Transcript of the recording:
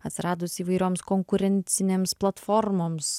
atsiradus įvairioms konkurencinėms platformoms